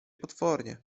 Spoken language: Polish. potwornie